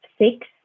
six